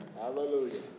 Hallelujah